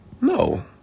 No